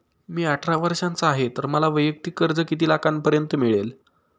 मी अठरा वर्षांचा आहे तर मला वैयक्तिक कर्ज किती लाखांपर्यंत मिळेल?